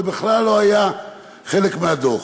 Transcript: זה בכלל לא היה חלק מהדוח.